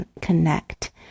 connect